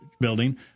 building